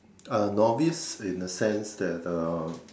a novice in the sense that the